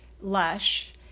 lush